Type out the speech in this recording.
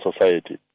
society